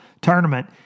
tournament